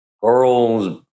girls